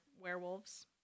werewolves